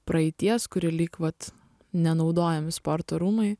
praeities kuri lyg vat nenaudojami sporto rūmai